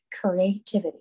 creativity